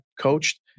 coached